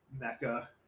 mecca